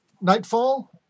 nightfall